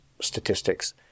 statistics